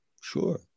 Sure